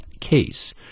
case